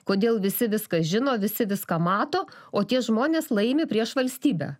kodėl visi viską žino visi viską mato o tie žmonės laimi prieš valstybę